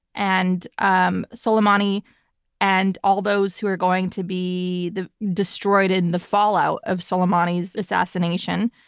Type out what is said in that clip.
and um soleimani and all those who are going to be the destroyed in the fallout of soleimani's assassination,